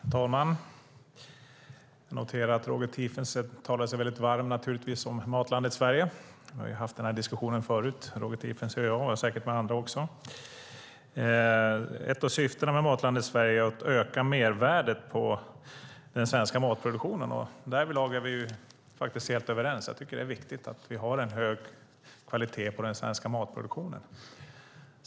Herr talman! Jag noterar att Roger Tiefensee naturligtvis talar sig väldigt varm för Matlandet Sverige. Vi har haft den här diskussionen förut, Roger Tiefensee och jag, och den har säkert förts med andra också. Ett av syftena med Matlandet Sverige är att öka mervärdet på den svenska matproduktionen. Därvidlag är vi faktiskt helt överens. Jag tycker att det är viktigt att vi har en hög kvalitet på den svenska matproduktionen.